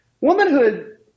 womanhood